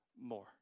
more